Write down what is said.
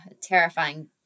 terrifying